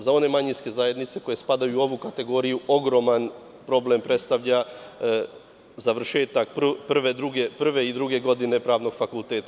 Za one manjinske zajednice koje spadaju u ovu kategoriju ogroman problem predstavlja završetak prve i druge godine pravnog fakulteta.